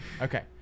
Okay